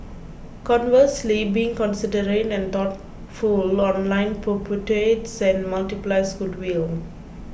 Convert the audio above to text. conversely being considerate and thoughtful online perpetuates and multiplies goodwill